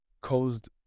caused